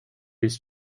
his